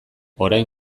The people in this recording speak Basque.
orain